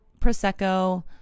Prosecco